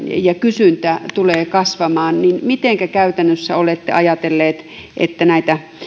ja kysyntä näille toiminnoille tulee kasvamaan mitenkä käytännössä olette ajatelleet että näitä